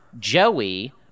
Joey